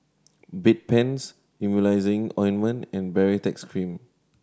Bedpans Emulsying Ointment and Baritex Cream